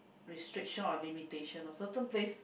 restriction or limitation loh certain place